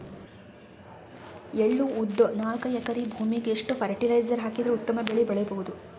ಎಳ್ಳು, ಉದ್ದ ನಾಲ್ಕಎಕರೆ ಭೂಮಿಗ ಎಷ್ಟ ಫರಟಿಲೈಜರ ಹಾಕಿದರ ಉತ್ತಮ ಬೆಳಿ ಬಹುದು?